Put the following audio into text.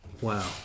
Wow